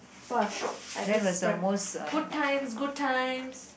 !wah! shiok I miss prim~ good times good times